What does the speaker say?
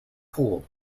pool